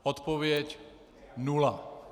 Odpověď nula.